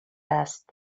است